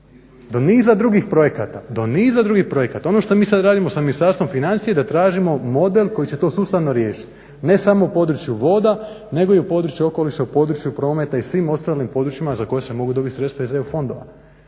Do niza drugih projekata, ono što mi sad radimo sa Ministarstvom financija je da tražimo model koji će to sustavno riješit, ne samo u području voda nego i u području okoliša, u području prometa i svim ostalim područjima za koje se mogu dobit sredstva iz EU fondova